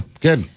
good